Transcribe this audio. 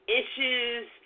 issues